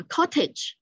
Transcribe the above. Cottage